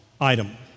item